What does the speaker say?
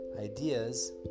ideas